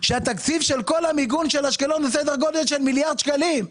התקציב של כל המיגון של אשקלון הוא סדר גודל של מיליארד שקלים.